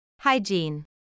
Hygiene